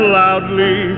loudly